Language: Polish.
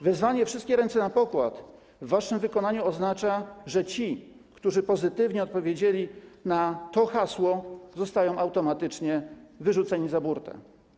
Wezwanie: wszystkie ręce na pokład, w waszym wykonaniu oznacza, że ci, którzy pozytywnie odpowiedzieli na to hasło, zostają automatycznie wyrzuceni za burtę.